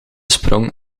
sprong